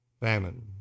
famine